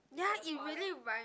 ya it really rhyme